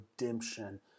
redemption